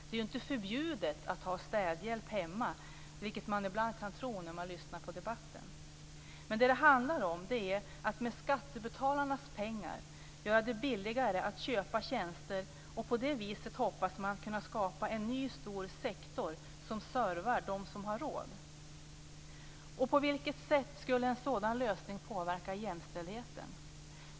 Det är ju inte förbjudet att ha städhjälp hemma, vilket man ibland kan tro när man lyssnar på debatten. Men vad det handlar om är att med skattebetalarnas pengar göra det billigare att köpa tjänster. På det viset hoppas man att kunna skapa en ny stor sektor som servar dem som har råd. På vilket sätt skulle en sådan lösning påverka jämställdheten?